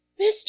Mr